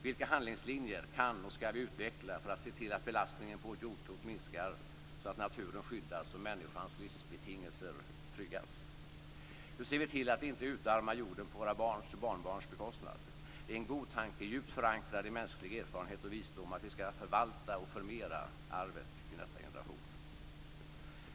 Vilka handlingslinjer kan och skall vi utveckla för att se till att belastningen på vårt jordklot minskar så att naturen skyddas och människans livsbetingelser tryggas? Hur ser vi till att vi inte utarmar jorden på våra barns och barnbarns bekostnad? Det är en god tanke, djupt förankrad i mänsklig erfarenhet och visdom att vi skall förvalta och förmera arvet till nästa generation.